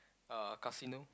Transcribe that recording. uh casino